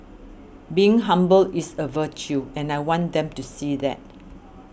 being humble is a virtue and I want them to see that